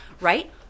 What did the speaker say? Right